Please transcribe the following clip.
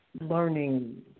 learning